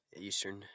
Eastern